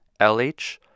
LH